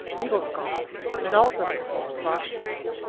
legal scholar and also a former prosecutor.